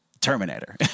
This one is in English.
Terminator